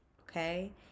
okay